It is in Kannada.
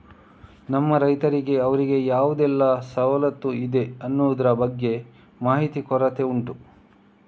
ನಮ್ಮ ರೈತರಿಗೆ ಅವ್ರಿಗೆ ಯಾವುದೆಲ್ಲ ಸವಲತ್ತು ಇದೆ ಅನ್ನುದ್ರ ಬಗ್ಗೆ ಮಾಹಿತಿ ಕೊರತೆ ಉಂಟು